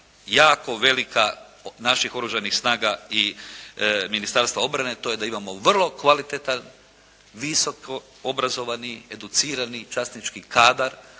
jako velika, naših Oružanih snaga i Ministarstva obrane. To je da imamo vrlo kvalitetan, visoko obrazovani, educirani časnički kadar